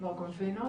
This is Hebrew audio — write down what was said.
מר קונפינו?